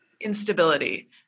instability